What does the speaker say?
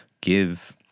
give